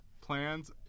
plans